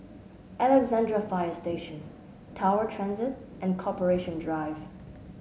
Alexandra Fire Station Tower Transit and Corporation Drive